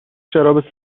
شراب